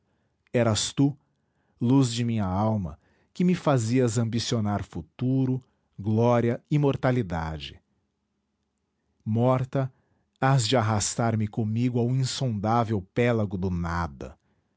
eras tu luz de minha alma que me fazias ambicionar futuro glória imortalidade morta hás de arrastar me contigo ao insondável pélago do nada